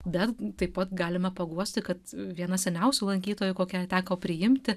bet taip pat galime paguosti kad viena seniausių lankytojų kokią teko priimti